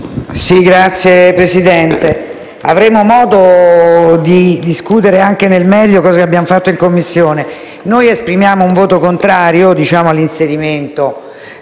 Signor Presidente, avremo modo di discutere anche nel merito di quanto abbiamo fatto in Commissione. Noi esprimiamo un voto contrario rispetto all'inserimento